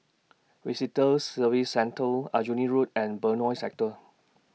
Visitor Services Centre Aljunied Road and Benoi Sector